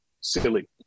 silly